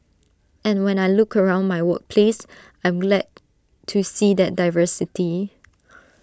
and when I look around my workplace glad to see that diversity